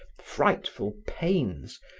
frightful pains,